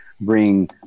bring